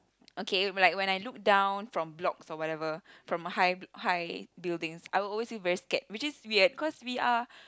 okay when like when I look down from blocks or whatever from high high buildings I will always feel very scared which is weird cause we are